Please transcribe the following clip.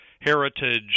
heritage